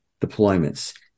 deployments